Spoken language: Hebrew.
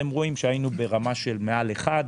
היינו ברמה מעל 1,